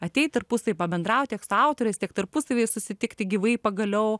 ateit tarpusavy pabendrauti tiek su autoriais tiek tarpusavy susitikti gyvai pagaliau